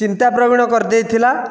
ଚିନ୍ତାପ୍ରବୀଣ କରି ଦେଇଥିଲା